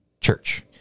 church